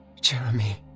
Jeremy